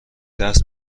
دست